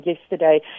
yesterday